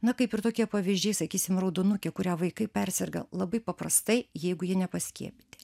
na kaip ir tokie pavyzdžiai sakysim raudonukė kurią vaikai perserga labai paprastai jeigu jie nepaskiepyti